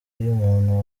y’umuntu